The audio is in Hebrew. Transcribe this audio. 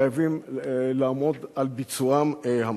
חייבים לעמוד על ביצועם המלא.